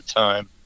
time